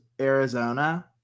Arizona